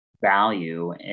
value